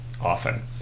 Often